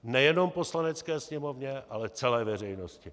Nejenom Poslanecké sněmovně, ale celé veřejnosti.